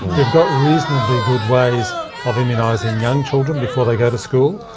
we've got reasonably good ways of immunising young children before they go to school,